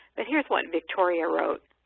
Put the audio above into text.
but here's what victoria wrote.